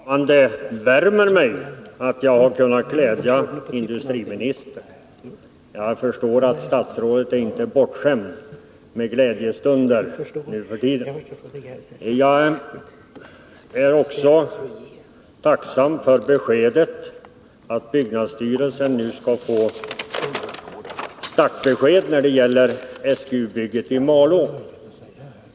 Herr talman! Det värmer mig att jag kunnat glädja industriministern. Jag förstår att statsrådet inte är bortskämd med glädjestunder nu för tiden. Jag är också tacksam för beskedet att byggnadsstyrelsen nu skall få startbesked när det gäller SGU-bygget i Malå.